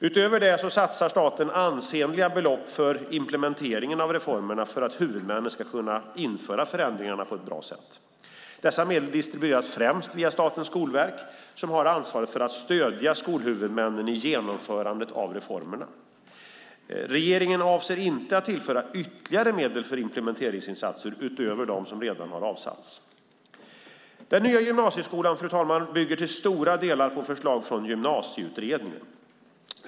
Utöver det satsar staten ansenliga belopp på implementeringen av reformerna för att huvudmännen ska kunna införa förändringarna på ett bra sätt. Dessa medel distribueras främst via Statens skolverk som har ansvaret för att stödja skolhuvudmännen i genomförandet av reformerna. Regeringen avser inte att tillföra ytterligare medel för implementeringsinsatser utöver de som redan har avsatts. Den nya gymnasieskolan bygger till stora delar på förslag från Gymnasieutredningen .